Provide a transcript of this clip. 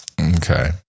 Okay